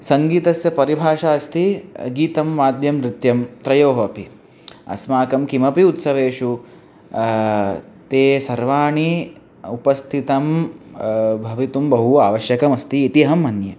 सङ्गीतस्य परिभाषा अस्ति गीतं वाद्यं नृत्यं त्रयाणाम् अपि अस्माकं किमपि उत्सवेषु ते सर्वाणि उपस्थितं भवितुं बहु आवश्यकमस्ति इति अहं मन्ये